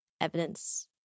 evidence